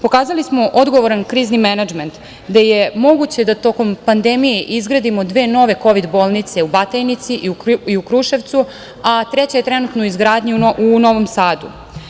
Pokazali smo odgovoran krizni menadžment, gde je moguće da tokom pandemije izgradimo dve nove kovid bolnice u Batajnici i u Kruševcu, a treća je trenutno u izgradnji u Novom Sadu.